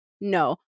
no